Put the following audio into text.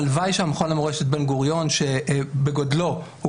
הלוואי שהמכון למורשת בן-גוריון שבגודלו הוא